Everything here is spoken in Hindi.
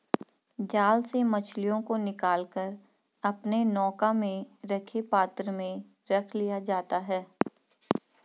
जाल से मछलियों को निकाल कर अपने नौका में रखे पात्र में रख लिया जाता है